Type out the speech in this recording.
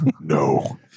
No